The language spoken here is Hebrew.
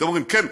אתם אומרים: כן,